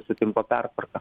su tinklo pertvarka